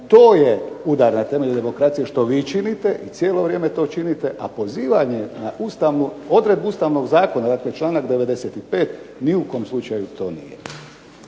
to je udar na temelj demokracije što vi činite i cijelo vrijeme to činite, a pozivanje na ustavnu odredbu Ustavnog zakona, dakle članak 95. ni u kom slučaju to nije.